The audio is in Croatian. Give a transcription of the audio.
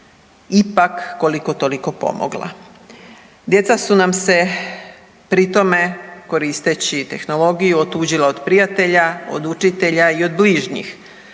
ipak koliko toliko pomogla. Djeca su nam se pri tome koristeći tehnologiju otuđila od prijatelja, od učitelja i od bližnjih,